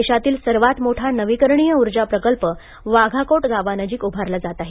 देशातील सर्वात मोठा नवीकरणीय उर्जा प्रकल्प वाघाकोट गावानजिक उभारला जात आहे